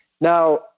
Now